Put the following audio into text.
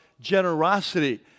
generosity